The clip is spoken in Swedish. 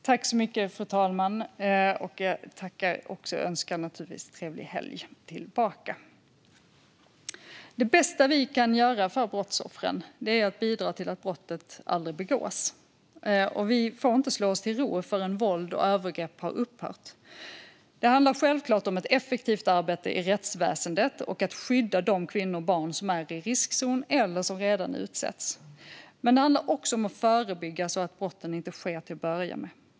Fru talman! Jag tackar och önskar trevlig helg tillbaka. Det bästa vi kan göra för brottsoffren är att bidra till att brott aldrig begås. Vi får inte slå oss till ro förrän våld och övergrepp har upphört. Det handlar självfallet om ett effektivt arbete inom rättsväsendet och om att skydda de kvinnor och barn som är i riskzonen eller som redan utsätts. Det handlar också om att förebygga så att brott inte sker till att börja med.